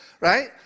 Right